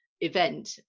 event